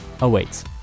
awaits